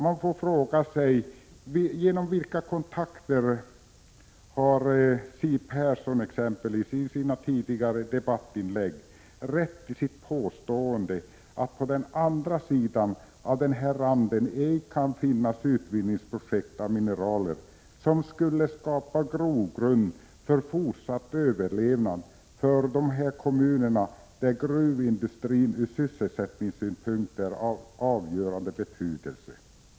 Man kan fråga sig genom vilka kontakter Siw Persson har fått sådana uppgifter att hon i sina tidigare debattinlägg kunde göra påståendet att det på den andra sidan av denna rand ej kan finnas projekt för utvinning av mineraler, som skulle skapa grogrund för fortsatt överlevnad för de kommuner där gruvindustrin ur sysselsättningssynpunkt är av avgörande betydelse.